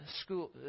school